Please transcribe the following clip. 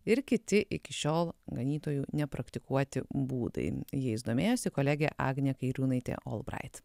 ir kiti iki šiol ganytojų nepraktikuoti būdai jais domėjosi kolegė agnė kairiūnaitė olbrait